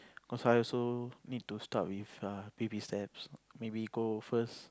cause I also need to start with err baby steps maybe go first